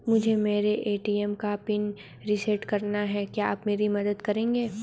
मुझे मेरे ए.टी.एम का पिन रीसेट कराना है क्या आप मेरी मदद करेंगे?